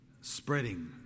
spreading